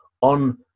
on